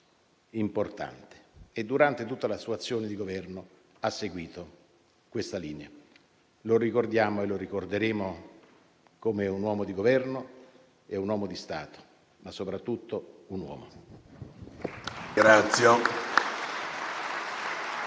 importante. Durante tutta la sua azione di Governo ha seguito questa linea. Lo ricordiamo e lo ricorderemo come un uomo di Governo e un uomo di Stato, ma soprattutto come